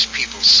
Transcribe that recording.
people